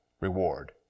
reward